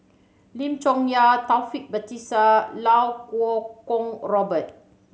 Lim Chong Yah Taufik Batisah Iau Kuo Kwong Robert